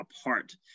apart